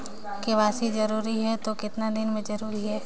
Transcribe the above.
KYC जरूरी हे तो कतना दिन मे जरूरी है?